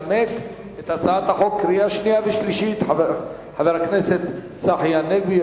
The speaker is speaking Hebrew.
ינמק את הצעת החוק חבר הכנסת צחי הנגבי,